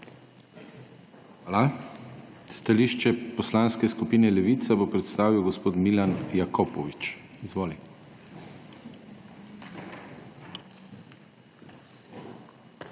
Hvala. Stališče Poslanske skupine Levica bo predstavil gospod Milan Jakopovič. Izvolite.